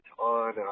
on